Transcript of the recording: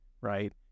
right